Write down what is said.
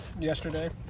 Yesterday